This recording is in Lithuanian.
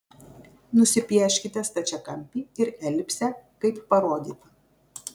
nusipieškite stačiakampį ir elipsę kaip parodyta